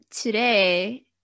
today